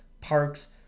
parks